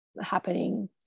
happening